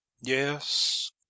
Yes